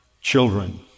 children